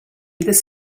this